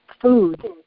food